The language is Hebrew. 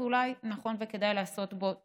ואולי נכון וכדאי לעשות בו תיקונים.